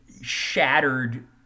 shattered